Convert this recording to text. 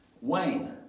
Wayne